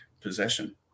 possession